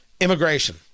immigration